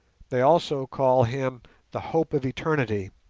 they also call him the hope of eternity,